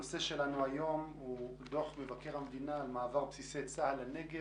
הנושא שלנו היום הוא דו מבקר המדינה על מעבר בסיסי צה"ל לנגב,